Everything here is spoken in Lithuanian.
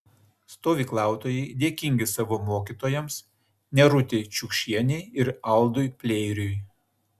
stovyklautojai dėkingi savo mokytojams nerutei čiukšienei ir aldui pleiriui